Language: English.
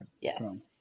yes